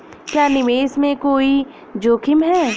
क्या निवेश में कोई जोखिम है?